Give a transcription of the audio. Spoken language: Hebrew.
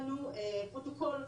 שהם אומרים יש לנו בעצם את כל הפרטים.